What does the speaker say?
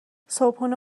صبحونه